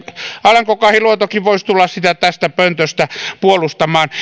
alanko kahiluotokin voisi tulla sitä tästä pöntöstä puolustamaan